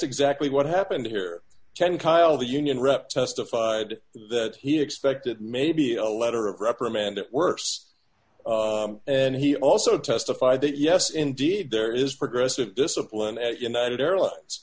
exactly what happened here ten kyle the union rep testified that he expected maybe a letter of reprimand worse and he also testified that yes indeed there is progressive discipline at united airlines